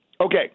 Okay